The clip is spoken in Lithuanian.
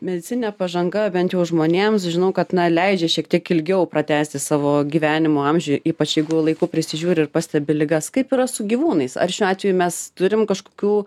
medicininė pažanga bent jau žmonėms žinau kad na leidžia šiek tiek ilgiau pratęsti savo gyvenimą amžiuj ypač jeigu laiku prisižiūri ir pastebi ligas kaip yra su gyvūnais ar šiuo atveju mes turim kažkokių